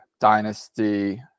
dynasty